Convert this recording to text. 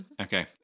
Okay